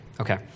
Okay